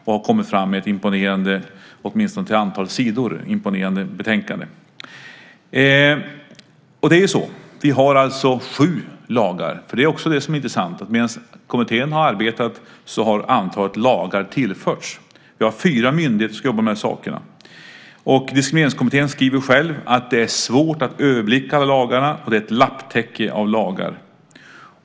Den har nu kommit fram med ett imponerande, åtminstone till antalet sidor, betänkande. Vi har sju lagar. Det är också intressant. Medan kommittén har arbetat har ett antal lagar tillförts. Vi har fyra myndigheter som ska jobba med de här sakerna. Diskrimineringskommittén skriver själv att det är svårt att överblicka alla lagar, och det är ett lapptäcke av lagar.